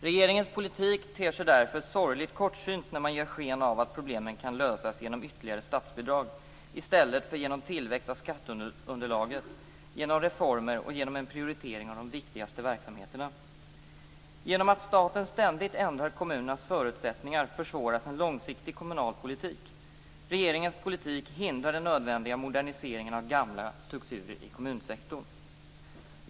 Regeringens politik ter sig därför sorgligt kortsynt när man ger sken av att problemen kan lösas genom ytterligare statsbidrag i stället för genom tillväxt av skatteunderlaget, genom reformer och genom en prioritering av de viktigaste verksamheterna. Genom att staten ständigt ändrar kommunernas förutsättningar försvåras en långsiktig kommunal politik. Regeringens politik hindrar den nödvändiga moderniseringen av gamla strukturer i kommunsektorn.